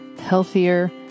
healthier